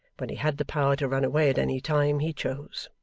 when he had the power to run away at any time he chose.